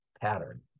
pattern